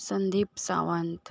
Sandeep Sawant